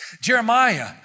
Jeremiah